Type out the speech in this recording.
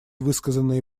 высказанные